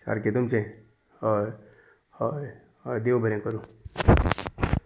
सारकें तुमचें हय हय हय देव बरें करूं